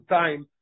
time